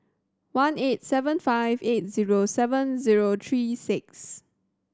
one eight seven five eight zero seven zero three six